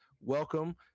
welcome